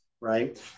right